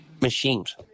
machines